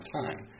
time